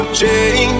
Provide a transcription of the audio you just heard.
change